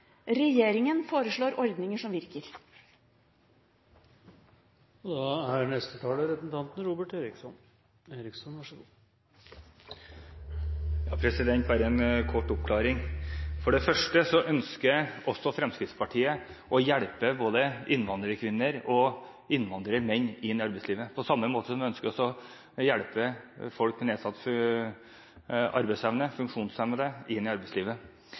Regjeringen foreslår ordninger som virker. Bare en kort oppklaring: For det første ønsker også Fremskrittspartiet å hjelpe både innvandrerkvinner og innvandrermenn inn i arbeidslivet, på samme måte som vi ønsker å hjelpe folk med nedsatt arbeidsevne, funksjonshemmede, inn i arbeidslivet.